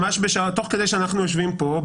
תוך כדי שאנחנו יושבים פה,